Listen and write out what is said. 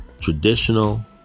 traditional